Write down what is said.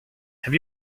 have